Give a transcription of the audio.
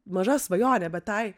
maža svajonė bet tai